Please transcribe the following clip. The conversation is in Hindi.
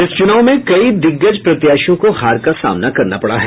इस च्रनाव में कई दिग्गज प्रत्याशियों को हार का सामना करना पड़ा है